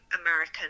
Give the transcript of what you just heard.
American